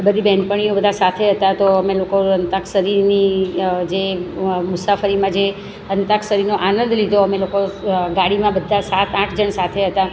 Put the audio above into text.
બધી બેનપણીઓ બધા સાથે હતા તો અમે અંતાક્ષરીની જે મુસાફરીમાં જે અંતાક્ષરીનો આનંદ લીધો અમે લોકો ગાડીમાં બધા સાત આઠ જણ સાથે હતા